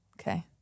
okay